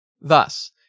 Thus